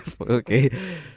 Okay